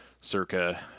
circa